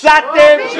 הפסדתם.